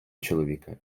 чоловіка